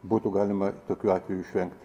būtų galima tokių atvejų išvengti